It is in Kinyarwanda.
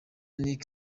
rick